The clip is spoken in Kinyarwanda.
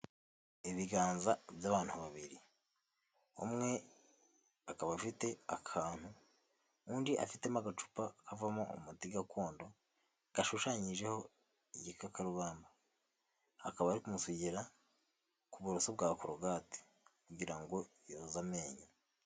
Ibiganza by'abantu babiri, umwe akaba afite akantu, undi afitemo agacupa kavamo umuti gakondo gashushanyijeho igikakarubamba akaba ari kumusigira ku buroso bwa korogate kugira ngo yoze amenyo.